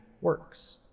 works